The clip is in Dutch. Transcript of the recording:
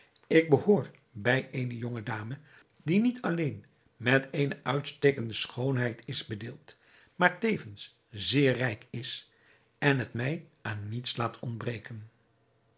ik behoor bij eene jonge dame die niet alleen met eene uitstekende schoonheid is bedeeld maar tevens zeer rijk is en het mij aan niets laat ontbreken